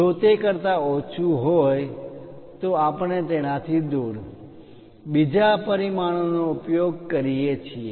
જો તે કરતા ઓછું હોય તો આપણે તેનાથી દૂર બીજા પરિમાણોનો ઉપયોગ કરીએ છીએ